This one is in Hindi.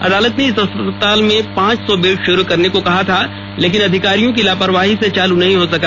अदालत ने इस अस्पताल में पांच सौ बेड शुरू करने को कहा था लेकिन अधिकारियों की लापरवाही से चालू नहीं हो सका